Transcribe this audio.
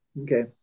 Okay